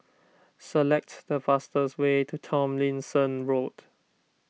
select the fastest way to Tomlinson Road